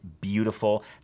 beautiful